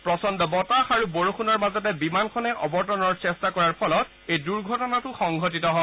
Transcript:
প্ৰচণ্ড বতাহ আৰু বৰষুণৰ মাজতে বিমানখনে অৱতৰণৰ চেষ্টা কৰাৰ ফলত এই দুৰ্ঘটনাটো সংঘটিত হয়